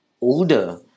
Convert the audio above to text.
older